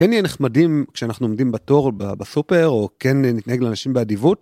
כן נהיה נחמדים כשאנחנו עומדים בתור בסופר או כן נתנהג לאנשים באדיבות.